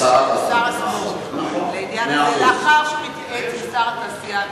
שר הספורט לאחר שהוא מתייעץ עם שר התעשייה,